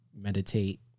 meditate